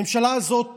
הממשלה הזאת